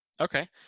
Okay